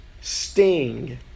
sting